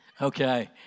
Okay